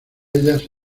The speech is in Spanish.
ellas